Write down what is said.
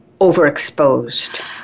overexposed